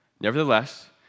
Nevertheless